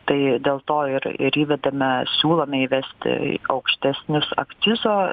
tai dėl to ir ir įvedame siūlome įvesti aukštesnius akcizo